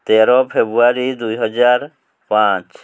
ତେର ଫେବୃଆରୀ ଦୁଇହଜାର ପାଞ୍ଚ